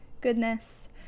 goodness